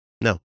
No